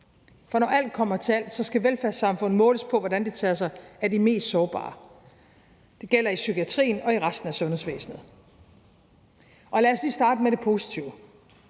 For når alt kommer til alt, skal et velfærdssamfund måles på, hvordan det tager sig af de mest sårbare. Det gælder i psykiatrien og i resten af sundhedsvæsenet. Og lad os lige starte med det positive.